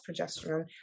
progesterone